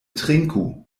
trinku